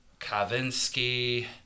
Kavinsky